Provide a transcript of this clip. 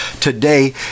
today